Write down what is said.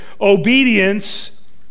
obedience